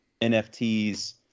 NFTs